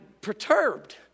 perturbed